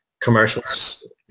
commercials –